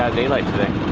daylight today.